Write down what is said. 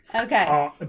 Okay